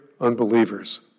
unbelievers